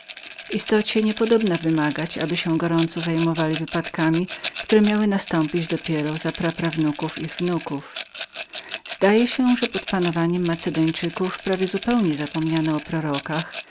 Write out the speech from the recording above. proroków w istocie nie podobna było wymagać aby się gorąco zajmowali wypadkami które miały dopiero nastąpić dla praprawnuków ich wnuków zdaje się że pod panowaniem macedończyków zupełnie zapomniano o